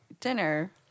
dinner